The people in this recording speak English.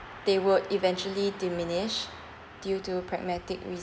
they will eventually diminish due to pragmatic